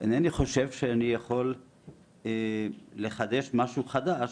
אינני חושב שאני יכול לחדש משהו חדש,